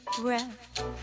breath